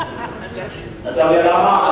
אתה יודע למה?